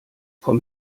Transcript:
vom